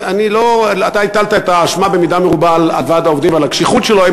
אתה הטלת את האשמה במידה מרובה על ועד העובדים ועל הקשיחות שלו,